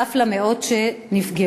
נוסף על מאות שנפגעו.